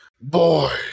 boy